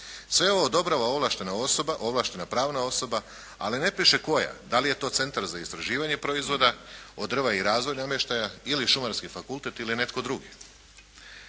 Sve ovo odobrava ovlaštena osoba, ovlaštena pravna osoba ali ne piše koja? Da li je Centar za istraživanje proizvoda od drva i … /Govornik se ne razumije./ … namještaja ili Šumarski fakultet ili netko drugi.